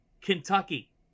Kentucky